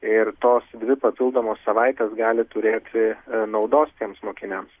ir tos dvi papildomos savaitės gali turėti naudos tiems mokiniams